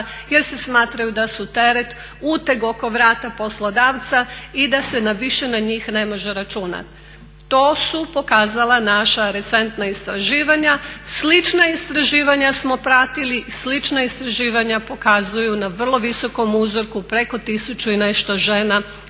jer se smatraju da su teret, uteg oko vrata poslodavca i da se više na njih ne može računati. To su pokazala naša recentna istraživanja. Slična istraživanja smo pratili, slična istraživanja pokazuju nam vrlo visokom uzorku preko tisuću i nešto žena